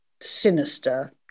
sinister